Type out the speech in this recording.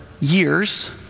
years